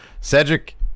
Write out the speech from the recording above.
Cedric